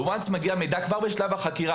מגיע מידע כבר בשלב החקירה.